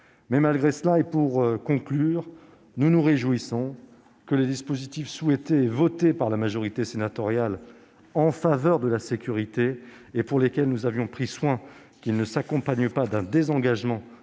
Malgré cela, nous nous réjouissons que les dispositifs souhaités et votés par la majorité sénatoriale en faveur de la sécurité, pour lesquels nous avons pris soin qu'ils ne s'accompagnent pas d'un désengagement